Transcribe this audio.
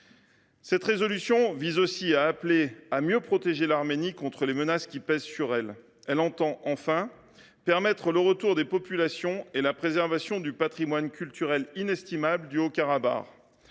Cette proposition vise aussi à appeler à mieux protéger l’Arménie contre les menaces qui pèsent sur elle. Elle tend enfin à permettre le retour des populations et la préservation du patrimoine culturel inestimable du Haut Karabagh.